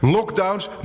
Lockdowns